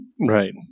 right